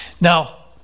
Now